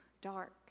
dark